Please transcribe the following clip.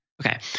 Okay